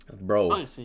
Bro